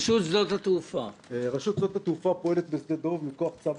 רשות שדות התעופה פועלת בשדה דב מכוח צו